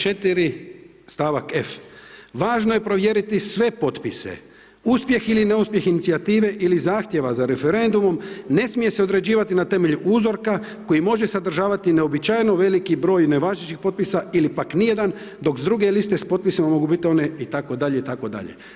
4., st. f., važno je provjeriti potpise, uspjeh ili neuspjeh inicijative ili zahtjeva za referendumom ne smije se određivati na temelju uzorka koji može sadržavati neuobičajeno veliki broj nevažećih potpisa ili pak ni jedan dok s druge liste s potpisima mogu biti one itd., itd.